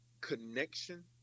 connection